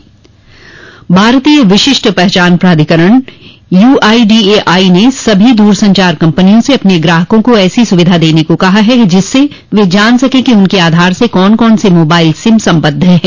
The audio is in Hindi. सुविधा भारतीय विशिष्ट पहचान प्राधिकरण यूआईडीएआई ने सभी दूरसंचार कंपनियों से अपने ग्राहकों को ऐसी सुविधा देने को कहा है जिससे वे जान सकें कि उनके आधार से कौन कौन से मोबाइल सिम सम्बद्व हैं